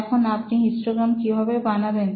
এখন আপনি হিস্টগ্রাম কিভাবে বানাবেন